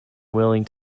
willing